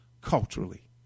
culturally